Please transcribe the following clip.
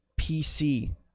pc